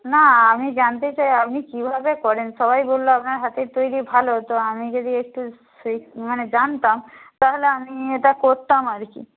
না আমি জানতে চাই আপনি কীভাবে করেন সবাই বলল আপনার হাতের তৈরি ভালো তো আমি যদি একটু সেই মানে জানতাম তাহলে আমি এটা করতাম আর কি